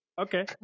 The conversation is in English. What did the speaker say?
Okay